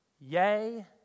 yay